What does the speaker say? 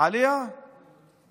האם